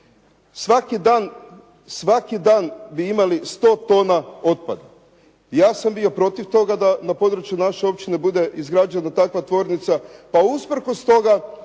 Svaki dan bi imali 100 tona otpada. Ja sam bio protiv toga da na području naše općine bude izgrađena takva tvornica, pa usprkos toga